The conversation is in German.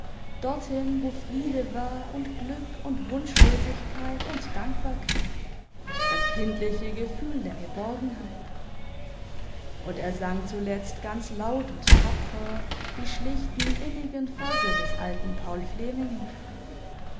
dorthin wo friede war und glück und wunschlosigkeit und dankbarkeit das kindliche gefühl der geborgenheit und er sang zuletzt ganz laut und tapfer die schlichten innigen verse des alten paul fleming mit